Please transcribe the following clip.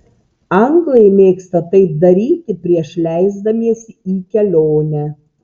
anglai mėgsta taip daryti prieš leisdamiesi į kelionę